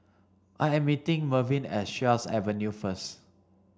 I am meeting Mervin at Sheares Avenue first